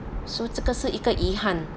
so zhe ge shi yi ge yihan